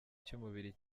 cy’umubiri